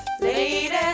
Lady